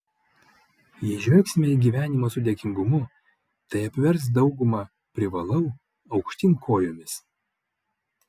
jei žvelgsime į gyvenimą su dėkingumu tai apvers daugumą privalau aukštyn kojomis